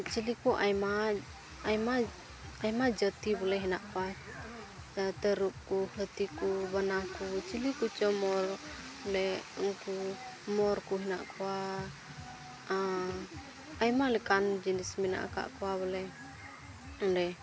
ᱪᱤᱞᱤ ᱠᱚ ᱟᱭᱢᱟ ᱟᱭᱢᱟ ᱡᱟᱹᱛᱤ ᱵᱚᱞᱮ ᱦᱮᱱᱟᱜ ᱠᱚᱣᱟ ᱛᱟᱹᱨᱩᱵ ᱠᱚ ᱦᱟᱹᱛᱤ ᱠᱚ ᱵᱟᱱᱟ ᱠᱚ ᱪᱤᱞᱤ ᱠᱚᱪᱝ ᱵᱚᱞᱮ ᱩᱱᱠᱩ ᱢᱳᱨ ᱠᱚ ᱢᱮᱱᱟᱜ ᱠᱚᱣᱟ ᱟᱨ ᱟᱭᱢᱟ ᱞᱮᱠᱟᱱ ᱡᱤᱱᱤᱥ ᱢᱮᱱᱟᱜ ᱟᱠᱟᱫ ᱠᱚᱣᱟ ᱵᱚᱞᱮ ᱚᱸᱰᱮ